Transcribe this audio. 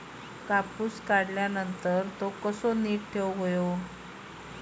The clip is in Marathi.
कापूस काढल्यानंतर तो कसो नीट ठेवूचो?